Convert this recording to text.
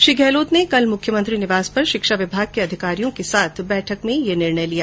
श्री गहलोत ने कल मुख्यमंत्री निवास पर शिक्षा विभाग के अधिकारियों के साथ बैठक में यह निर्णय लिया